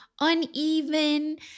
uneven